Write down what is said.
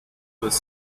with